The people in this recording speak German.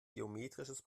geometrisches